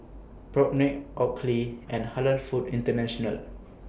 Propnex Oakley and Halal Foods International